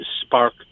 spark